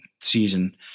season